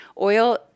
Oil